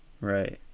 Right